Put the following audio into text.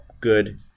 good